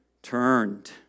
Turned